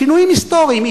שינויים היסטוריים,